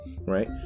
right